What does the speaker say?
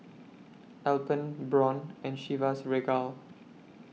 Alpen Braun and Chivas Regal